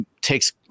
takes